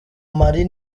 mali